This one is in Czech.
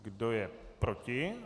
Kdo je proti?